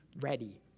ready